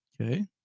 Okay